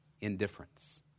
indifference